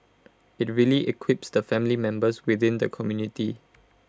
IT really equips the family members within the community